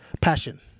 passion